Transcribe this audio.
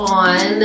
on